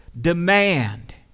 Demand